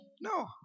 No